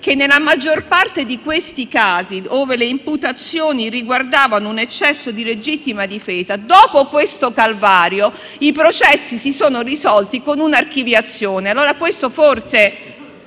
che nella maggior parte dei casi, ove le imputazioni riguardavano un eccesso di legittima difesa, dopo un calvario i processi si sono risolti con un'archiviazione. Questo forse